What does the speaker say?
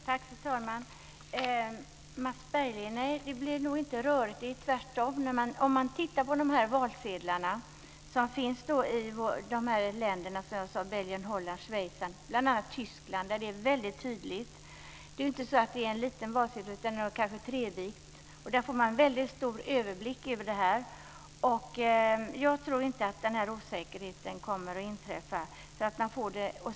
Fru talman! Nej, Mats Berglind, det blir nog inte rörigt, tvärtom, om man tittar på de valsedlar som finns i bl.a. Belgien, Holland, Schweiz och Tyskland där det är väldigt tydligt. Och det är inte någon liten valsedel. På den får man en väldigt stor överblick över detta. Jag tror inte att denna osäkerhet kommer att inträffa.